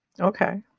Okay